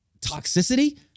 toxicity